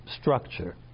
structure